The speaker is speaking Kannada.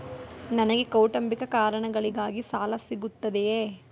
ನನಗೆ ಕೌಟುಂಬಿಕ ಕಾರಣಗಳಿಗಾಗಿ ಸಾಲ ಸಿಗುತ್ತದೆಯೇ?